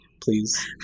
please